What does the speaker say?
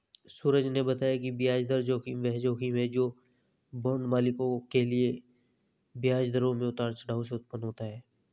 सूरज ने बताया कि ब्याज दर जोखिम वह जोखिम है जो बांड मालिकों के लिए ब्याज दरों में उतार चढ़ाव से उत्पन्न होता है